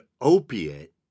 opiate